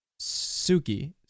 suki